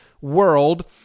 World